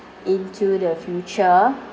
into the future